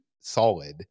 solid